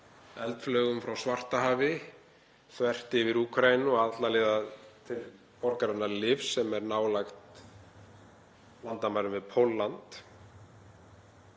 eldflaugum frá Svartahafi þvert yfir Úkraínu og alla leið til borgarinnar Lviv sem er nálægt landamærunum við Pólland.